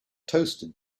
toasted